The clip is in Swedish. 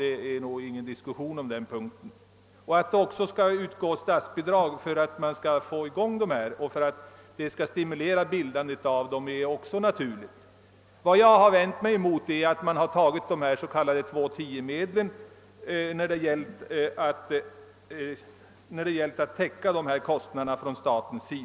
Det råder nog inga delade meningar på den punkten. Att det bör utgå statsbidrag för att stimulera bildandet av sådana områden är också naturligt. Vad jag vänt mig emot är att man vill använda de s.k. 2:10-medlen för att täcka dessa kostnader.